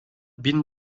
bin